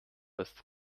ist